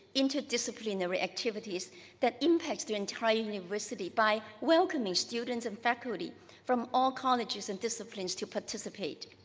interdisciplinary activities that impact the entire university by welcoming students and faculty from all colleges and disciplines to participate.